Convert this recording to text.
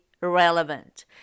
relevant